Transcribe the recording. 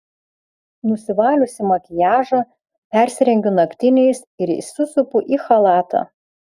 nusivaliusi makiažą persirengiu naktiniais ir įsisupu į chalatą